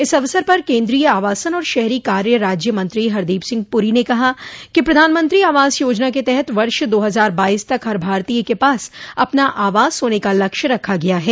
इस अवसर पर केन्द्रीय आवासन और शहरी कार्य राज्यमंत्री हरदीप सिंह प्री ने कहा कि प्रधानमंत्री आवास योजना के तहत वर्ष दो हज़ार बाइस तक हर भारतीय के पास अपना आवास होने का लक्ष्य रखा गया है